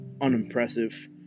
unimpressive